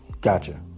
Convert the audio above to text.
Gotcha